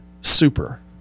Super